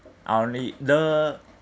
I only the